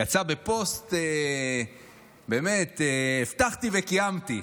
יצאה בפוסט: הבטחתי וקיימתי.